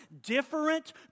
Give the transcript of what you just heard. different